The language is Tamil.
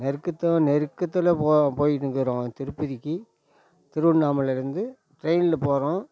நெருக்கத்தை நெருக்கத்தில் போய் போயின்னுக்கிறோம் திருப்பதிக்கு திருவண்ணாமலை இருந்து ட்ரெயினில் போகிறோம்